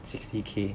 sixty K